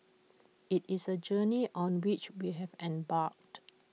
IT is A journey on which we have embarked